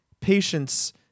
patience